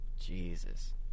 Jesus